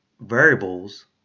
variables